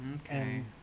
Okay